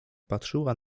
patrzyła